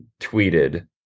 tweeted